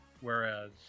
Whereas